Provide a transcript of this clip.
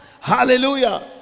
Hallelujah